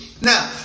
Now